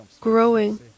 growing